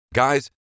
Guys